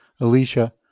Alicia